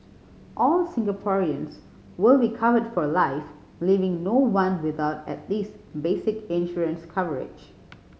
all Singaporeans will be covered for life leaving no one without at least basic insurance coverage